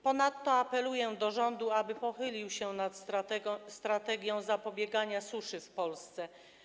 Ponadto apeluję do rządu, aby pochylił się nad strategią zapobiegania suszy w Polsce.